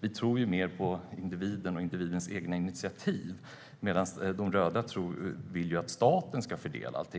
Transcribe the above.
Vi tror mer på individen och individens egna initiativ, medan de röda vill att staten ska fördela allt.